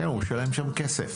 הוא משלם שם כסף.